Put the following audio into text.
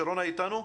שרונה, את אתנו?